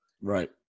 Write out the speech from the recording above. Right